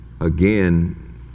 again